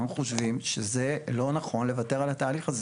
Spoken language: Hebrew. אנחנו חושבים שזה לא נכון לוותר על התהליך הזה.